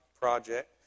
Project